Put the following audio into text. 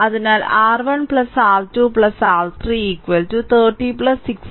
അതിനാൽ R1 R2 R3 30 60 10 30 60 10 100